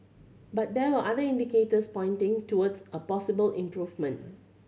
but there are other indicators pointing towards a possible improvement